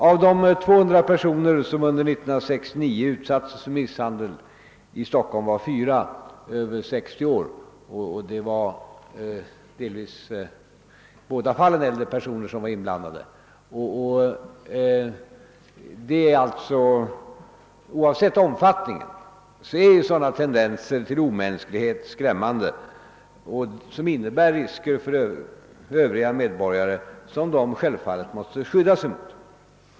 Av de 200 personer som under 1969 utsattes för misshandel i Stockholm var fyra över 60 år. Oavsett omfattningen är sådana tendenser till omänsklighet skrämmande och de innebär risker som övriga medborgare självfallet måste skydda sig mot.